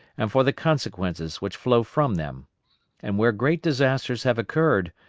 and for the consequences which flow from them and where great disasters have occurred,